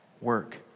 work